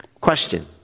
Question